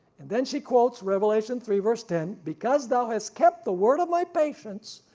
and then she quotes revelation three verse ten because thou has kept the word of my patience.